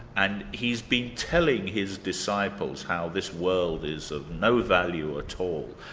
and he's been telling his disciples how this world is of no value at all,